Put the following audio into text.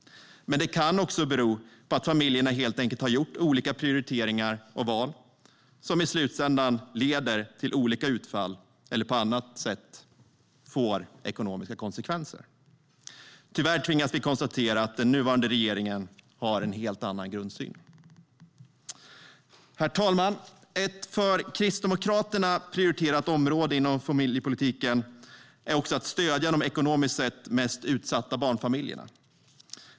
Men de kan också bero på att familjerna helt enkelt har gjort olika prioriteringar och val, som i slutändan leder till olika utfall eller på annat sätt får ekonomiska konsekvenser. Tyvärr tvingas vi konstatera att den nuvarande regeringen har en helt annan grundsyn. Herr talman! Ett för Kristdemokraterna prioriterat område inom familjepolitiken är att stödja de ekonomiskt sett mest utsatta barnfamiljerna.